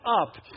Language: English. up